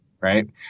right